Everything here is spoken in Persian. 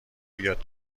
بیاد